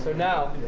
know,